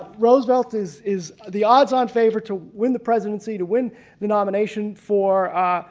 roosevelt is is the odds on favorite to win the presidency to win the nomination for